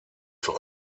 für